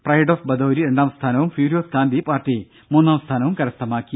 pride of ബദൌരി രണ്ടാം സ്ഥാനവും ഫ്യൂരിയോസ് കാന്തി പാർട്ടി മൂന്നാം സ്ഥാനവും കരസ്ഥമാക്കി